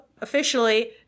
officially